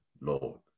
Lord